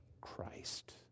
Christ